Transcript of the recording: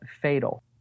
fatal